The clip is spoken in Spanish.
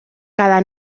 cada